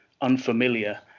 unfamiliar